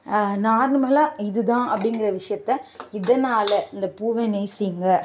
நார்மலாக இதுதான் அப்படிங்குற விஷியத்தை இதனால் இந்த பூவை நேசிங்க